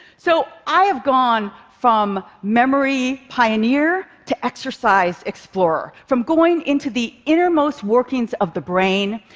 so i've gone from memory pioneer to exercise explorer. from going into the innermost workings of the brain,